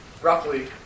roughly